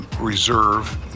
reserve